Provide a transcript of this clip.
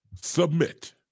submit